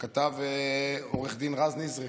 שכתב עו"ד רז נזרי,